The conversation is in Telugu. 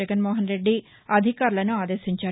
జగన్మోహన్ రెడ్డి అధికారులను ఆదేశించారు